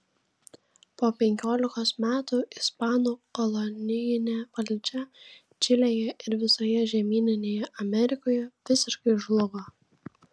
po penkiolikos metų ispanų kolonijinė valdžia čilėje ir visoje žemyninėje amerikoje visiškai žlugo